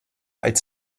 als